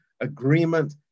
agreement